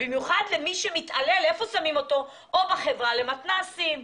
במיוחד כששמים מתעלל בחברה למתנ"סים,